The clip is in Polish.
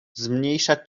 zmniejsza